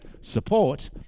support